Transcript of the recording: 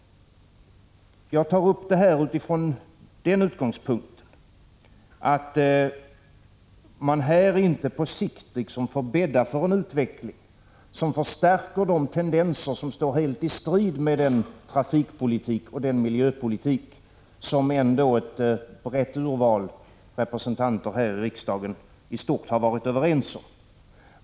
Jag tar upp detta ifrån den utgångspunkten att man här inte på sikt får bädda för en utveckling som förstärker tendenser som står helt i strid med den trafikpolitik och miljöpolitik som ändå ett brett urval representanter här i riksdagen i stort har varit överens om.